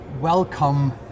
welcome